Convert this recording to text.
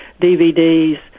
DVDs